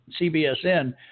CBSN